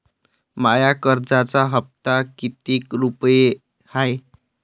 माया कर्जाचा हप्ता कितीक रुपये हाय?